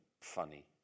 funny